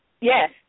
Yes